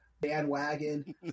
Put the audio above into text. bandwagon